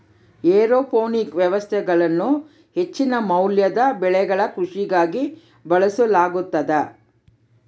aeroponic ವ್ಯವಸ್ಥೆಗಳನ್ನು ಹೆಚ್ಚಿನ ಮೌಲ್ಯದ ಬೆಳೆಗಳ ಕೃಷಿಗಾಗಿ ಬಳಸಲಾಗುತದ